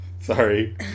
Sorry